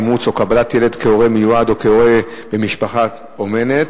אימוץ או קבלת ילד כהורה מיועד או כהורה במשפחת אומנה),